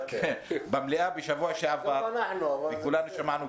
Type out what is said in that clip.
מר חטיב, לפני שתדבר כמה חברי כנסת ביקשו להגיב.